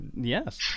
yes